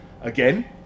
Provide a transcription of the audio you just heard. Again